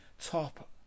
top